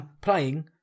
playing